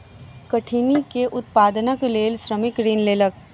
कठिनी के उत्पादनक लेल श्रमिक ऋण लेलक